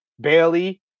bailey